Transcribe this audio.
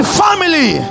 family